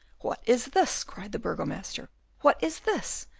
what is this? cried the burgomaster what is this?